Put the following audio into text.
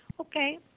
okay